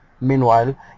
Meanwhile